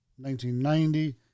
1990